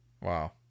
Wow